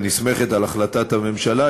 הנסמכת על החלטת הממשלה,